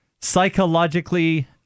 psychologically